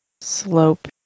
slope